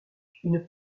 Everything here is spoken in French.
une